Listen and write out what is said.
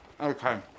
Okay